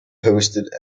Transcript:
hosted